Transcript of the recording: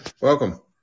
Welcome